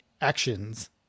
actions